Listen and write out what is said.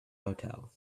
motel